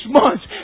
months